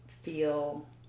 feel